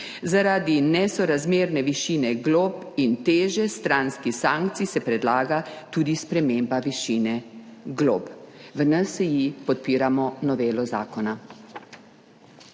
Zaradi nesorazmerne višine glob in teže stranskih sankcij se predlaga tudi sprememba višine glob. V NSi podpiramo novelo zakona.